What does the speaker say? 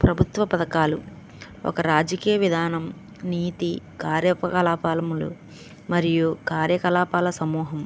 ప్రభుత్వ పథకాలు ఒక రాజకీయ విధానం నీతి కార్యకలాపాలములు మరియు కార్యకలాపాల సమూహం